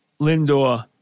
Lindor